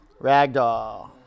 Ragdoll